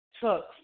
took